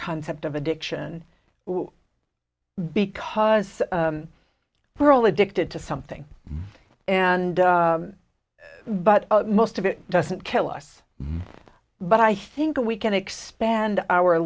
concept of addiction because we're all addicted to something and but most of it doesn't kill us but i think we can expand our